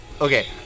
Okay